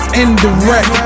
indirect